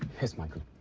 yes michael?